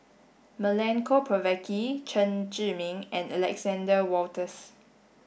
Milenko Prvacki Chen Zhiming and Alexander Wolters